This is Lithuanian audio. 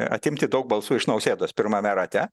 atimti daug balsų iš nausėdos pirmame rate